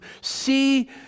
see